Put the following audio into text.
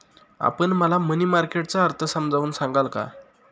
आपण मला money market चा अर्थ समजावून सांगाल का?